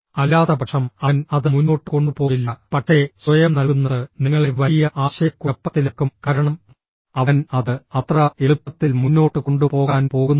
അല്ലാത്തപക്ഷം അവൻ അത് മുന്നോട്ട് കൊണ്ടുപോകില്ല പക്ഷേ സ്വയം നൽകുന്നത് നിങ്ങളെ വലിയ ആശയക്കുഴപ്പത്തിലാക്കും കാരണം അവൻ അത് അത്ര എളുപ്പത്തിൽ മുന്നോട്ട് കൊണ്ടുപോകാൻ പോകുന്നില്ല